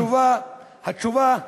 התשובה היא